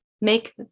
make